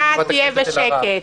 אתה תהיה בשקט.